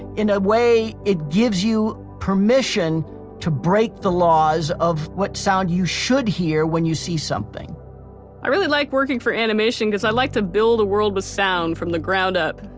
in a way it gives you permission to break the laws of what sound you should hear when you see something i really like working for animation because i like to build a world with sound from the ground up,